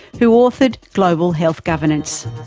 who authored global health governance.